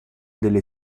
delle